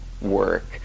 work